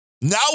Now